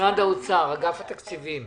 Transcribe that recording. משרד האוצר, אגף התקציבים.